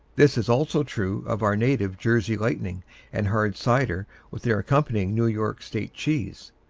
this is also true of our native jersey lightning and hard cider with their accompanying new york state cheese.